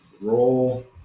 Roll